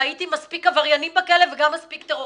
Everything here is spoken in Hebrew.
ראיתי מספיק עבריינים בכלא וגם מספיק טרוריסטים.